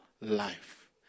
life